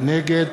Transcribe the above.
נגד